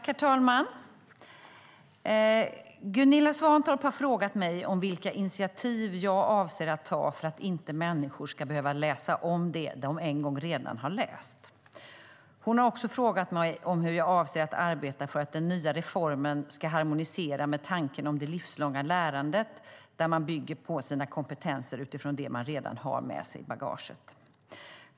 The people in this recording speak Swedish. Herr talman! Gunilla Svantorp har frågat mig vilka initiativ jag avser att ta för att inte människor ska behöva läsa om det de en gång redan har läst. Hon har också frågat mig hur jag avser att arbeta för att den nya reformen ska harmonisera med tanken om det livslånga lärandet där man bygger på sina kompetenser utifrån det man redan har med sig i bagaget.